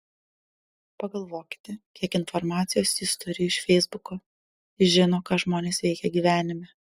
pagalvokite kiek informacijos jis turi iš feisbuko žino ką žmonės veikia gyvenime